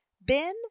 Ben